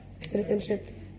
citizenship